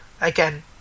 Again